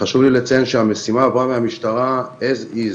חשוב לי לציין שהמשימה עברה מהמשטרה כמו שהיא,